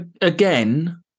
Again